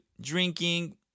drinking